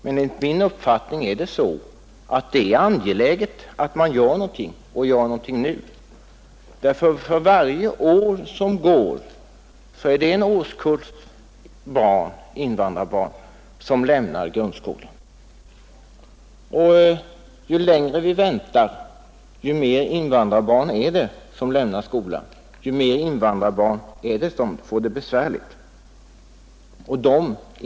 Men enligt min uppfattning är det angeläget att man gör någonting och gör någonting nu. Ty för varje år som går är det en årskurs invandrarbarn som lämnar grundskolan, och ju längre vi väntar, desto fler invandrarbarn lämnar skolan och desto fler invandrarbarn får det besvärligt.